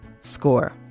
score